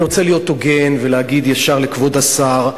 אני רוצה להיות הוגן ולהגיד ישר לכבוד השר: